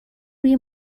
روی